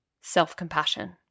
self-compassion